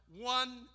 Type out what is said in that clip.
one